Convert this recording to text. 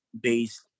based